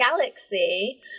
galaxy